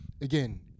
again